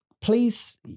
please